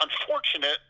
unfortunate